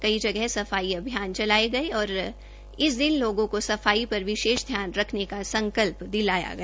कई जगह सफाई अभियान चलाया गये और इस इस दिन लोगों सफाई को सफाई पर विशेष ध्यान रखने का संकल्प दिलाया गया